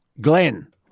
Glenn